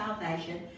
salvation